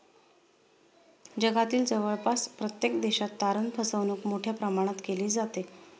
जगातील जवळपास प्रत्येक देशात तारण फसवणूक मोठ्या प्रमाणात केली जाते